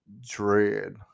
dread